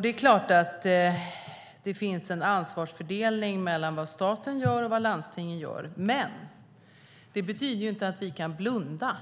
Det finns såklart en ansvarsfördelning mellan staten och landstingen, men det betyder inte att vi kan blunda